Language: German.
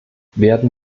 werden